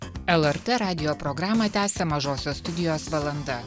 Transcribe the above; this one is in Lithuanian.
lrt radijo programą tęsia mažosios studijos valanda